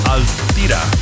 Altira